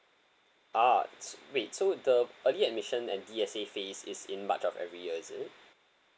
ah s~ wait so the early admission and D_S_A phase is in march of every year is it